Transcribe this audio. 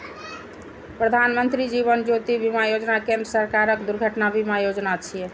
प्रधानमत्री जीवन ज्योति बीमा योजना केंद्र सरकारक दुर्घटना बीमा योजना छियै